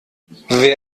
wer